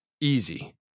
Easy